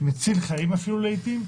מציל חיים אפילו לעיתים,